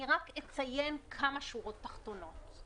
רק אציין כמה שורות תחתונות.